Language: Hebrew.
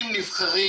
למה עושים את זה?